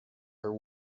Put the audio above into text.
her